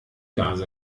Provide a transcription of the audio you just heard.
gase